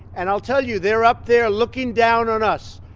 and i'll tell you. they're up there looking down on us,